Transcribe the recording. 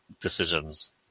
decisions